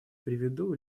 приведу